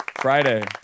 Friday